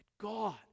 God